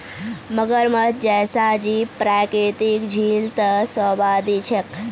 मगरमच्छ जैसा जीव प्राकृतिक झील त शोभा दी छेक